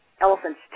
elephant's